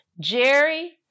Jerry